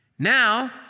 Now